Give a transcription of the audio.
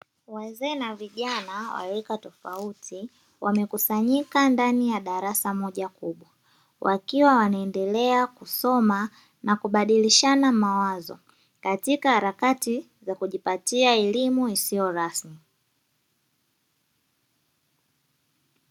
Wazee na vijana wa rika tofauti, wamekusanyika ndani ya darasa moja kubwa wakiwa wanandelea kusoma na kuabadilishana mawazo, katika harakati za kujipatia elimu isiyo rasmi.